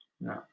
No